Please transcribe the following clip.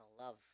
love